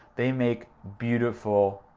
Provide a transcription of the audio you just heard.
they make beautiful,